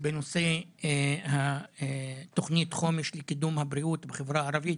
בנושא תוכנית החומש לקידום הבריאות בחברה הערבית,